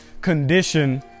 condition